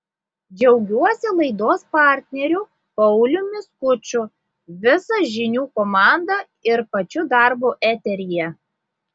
džiaugiuosi laidos partneriu pauliumi skuču visa žinių komanda ir pačiu darbu eteryje